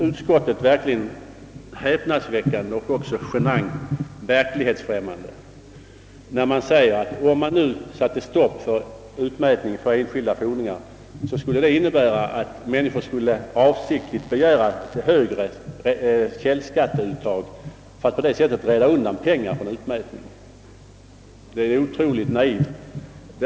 Utskottet visar sig vara häpnadsväckande och också genant verklighetsfrämmande, när utskottet säger att om man satte stopp för utmätning för enskilda fordringar, skulle människor avsiktligt begära högre källskatteuttag för att på det sättet rädda pengar från utmätning. Detta uttalande är otroligt naivt.